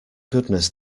goodness